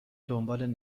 دنبال